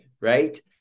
right